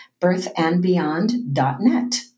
birthandbeyond.net